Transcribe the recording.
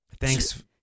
Thanks